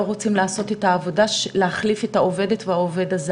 רוצים לעשות את העבודה של להחליף את העובד הזר,